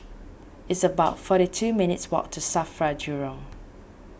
it's about forty two minutes' walk to Safra Jurong